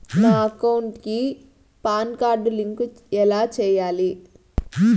నా అకౌంట్ కి PAN card link ఎలా సేయాలి